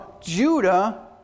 Judah